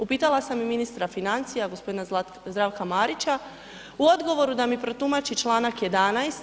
Upitala sam i ministra financija gospodina Zdravka Marića u odgovoru da mi protumači čl. 11.